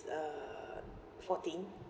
uh fourteen